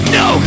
no